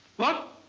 what?